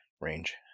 range